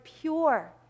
pure